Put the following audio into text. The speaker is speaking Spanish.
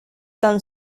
tan